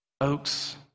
Oaks